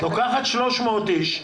את לוקחת 300 אנשים,